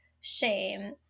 shame